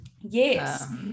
Yes